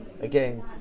again